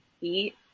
eat